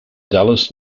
dallas